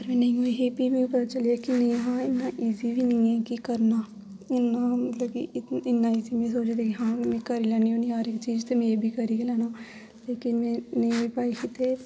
पर में नेईं होई ही फ्ही मी पता चली गेआ कि एह् इन्ना ईजी बी नि ऐ कि करना इन्ना मतलब कि इन्ना ईजी में सोचदी कि हां में करी लैनी होन्नी आं हर इक चीज ते में एह् बी करी गै लैना ते लेकिन में नेईं होई पाई ही ते